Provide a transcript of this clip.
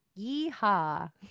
Yeehaw